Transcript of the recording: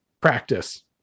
practice